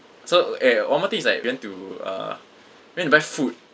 so eh one more thing is like we went to uh went to buy food